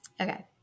Okay